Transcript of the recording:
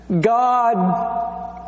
God